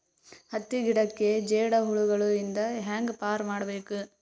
ಹತ್ತಿ ಗಿಡಕ್ಕೆ ಜೇಡ ಹುಳಗಳು ಇಂದ ಹ್ಯಾಂಗ್ ಪಾರ್ ಮಾಡಬೇಕು?